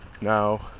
now